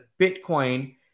Bitcoin